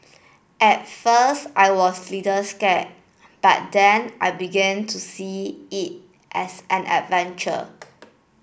at first I was little scared but then I began to see it as an adventure